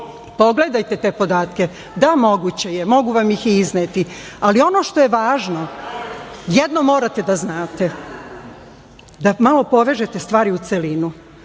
Jovanović: Jel moguće?)Da, moguće je. Mogu vam ih i izneti. Ali ono što je važno, jedno morate da znate, da malo povežete stvari u celinu,